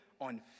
on